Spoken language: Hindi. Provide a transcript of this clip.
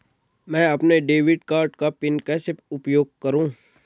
मैं अपने डेबिट कार्ड का पिन कैसे उपयोग करूँ?